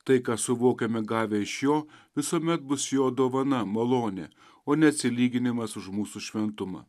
tai ką suvokiame gavę iš jo visuomet bus jo dovana malonė o ne atsilyginimas už mūsų šventumą